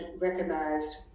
recognized